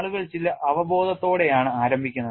ആളുകൾ ചില അവബോധത്തോടെയാണ് ആരംഭിക്കുന്നത്